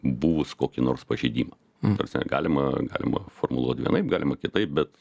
buvus kokį nors pažeidimą ta prasme galima galima formuluoti vienaip galima kitaip bet